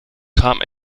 kam